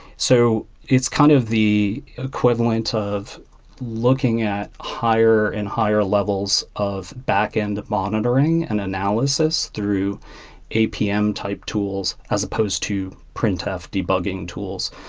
so it's kind of the equivalent of looking at higher and higher levels of backend monitoring and analysis through apm type tools as supposed to printf debugging tools.